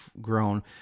grown